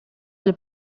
del